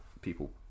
people